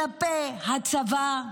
כלפי הצבא?